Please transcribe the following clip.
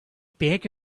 back